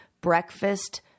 breakfast